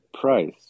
price